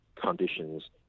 conditions